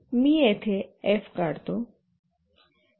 मी येथे एफ काढू